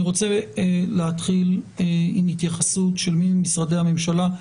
אני רוצה להתחיל בהתייחסות של מי ממשרדי הממשלה.